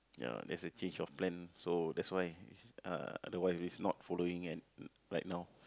ya there's a change of plan so that's why uh the wife is not following and right now